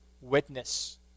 witness